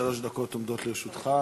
שלוש דקות עומדות לרשותך.